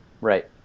Right